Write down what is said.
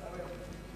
לצערנו.